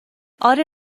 آره